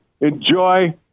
enjoy